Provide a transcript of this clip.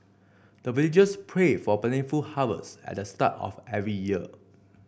the villagers pray for plentiful harvest at the start of every year